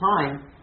time